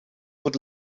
would